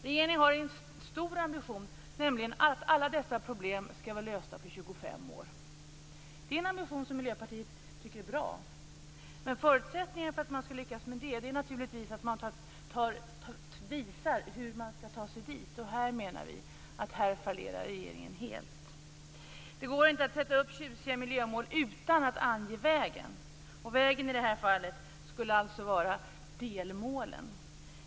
Regeringen har en stor ambition, nämligen att alla dessa problem skall vara lösta om 25 år. Det är en ambition som Miljöpartiet tycker är bra. Men förutsättningen för att lyckas med det är naturligtvis att man visar hur man skall ta sig dit. Här menar vi att regeringen fallerar helt. Det går inte att sätta upp tjusiga miljömål utan att ange vägen, och vägen i det här fallet skulle alltså vara delmålen.